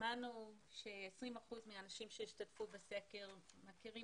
שמענו ש-20 אחוזים מהאנשים שהשתתפו בסקר מכירים